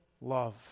love